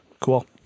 Cool